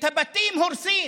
את הבתים הורסים.